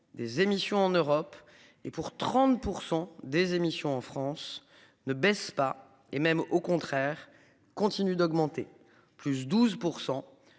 Des émissions en Europe et pour 30% des émissions en France ne baisse pas et même au contraire continuent d'augmenter, plus 12%